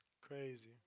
Crazy